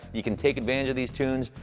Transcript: you can take advantage of these tunes,